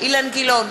אילן גילאון,